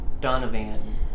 Donovan